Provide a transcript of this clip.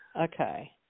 Okay